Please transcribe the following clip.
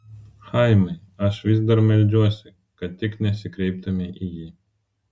chaimai aš vis dar meldžiuosi kad tik nesikreiptumei į jį